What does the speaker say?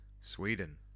Sweden